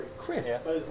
Chris